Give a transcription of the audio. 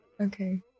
okay